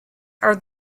are